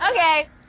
Okay